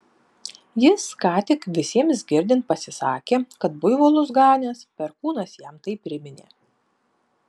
jis ką tik visiems girdint pasisakė kad buivolus ganęs perkūnas jam tai priminė